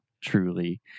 truly